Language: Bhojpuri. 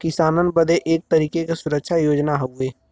किसानन बदे एक तरीके के सुरक्षा योजना हउवे